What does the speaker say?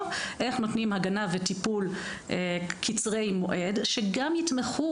איך נותנים הגנה וטיפול קצרי מועד שגם יתמכו,